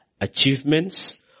achievements